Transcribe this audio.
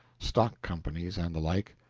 stock companies, and the like.